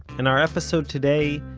and our episode today,